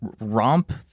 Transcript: romp